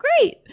great